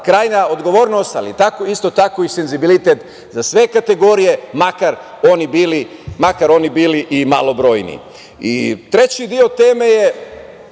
krajnja odgovornost, ali isto tako i senzibilitet za sve kategorije, makar oni bili i malobrojni. Treći deo teme je